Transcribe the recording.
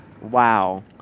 Wow